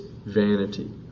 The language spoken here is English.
Vanity